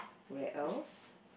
where else